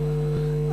לפנות למבקר המדינה,